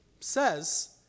says